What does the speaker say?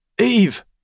Eve